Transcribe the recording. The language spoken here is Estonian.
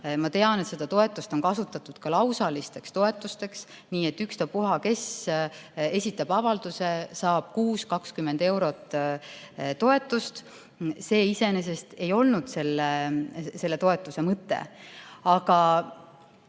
Ma tean, et seda raha on kasutatud ka lausalisteks toetusteks: ükspuha, kes esitab avalduse, saab kuus 20 eurot toetust. See iseenesest ei olnud selle toetuse mõte. Aga